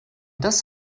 das